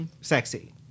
sexy